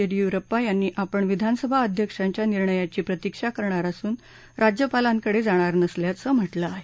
येडीयुरुप्पा यांनी आपण विधानसभा अध्यक्षांच्या निर्णयाची प्रतिक्षा करणार असून राज्यपालांकडे जाणार नसल्याचं म्हटलं आहे